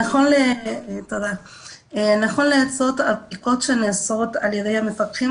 נכון לעשרות הבדיקות שנעשות על ידי המפקחים